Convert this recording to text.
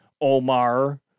Omar